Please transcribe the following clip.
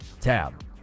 tab